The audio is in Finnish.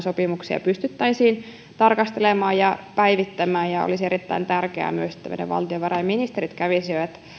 sopimuksia pystyttäisiin tarkastelemaan ja päivittämään olisi myös erittäin tärkeää että valtiovarainministerit kävisivät